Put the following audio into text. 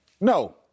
No